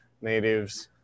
natives